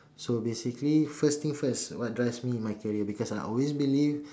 so basically first things first what drives me in my career because I always believe